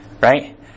Right